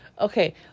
Okay